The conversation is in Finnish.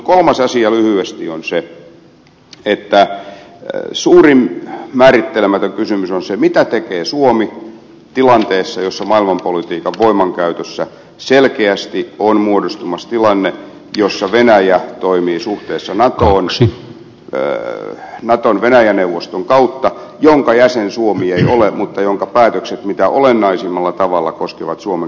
neljäs asia lyhyesti on se että suurin määrittelemätön kysymys on se mitä tekee suomi tilanteessa jossa maailmanpolitiikan voimankäytössä selkeästi on muodostumassa tilanne jossa venäjä toimii suhteessa natoon natovenäjä neuvoston kautta jonka jäsen suomi ei ole mutta jonka päätökset mitä olennaisimmalla tavalla koskevat suomen